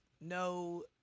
no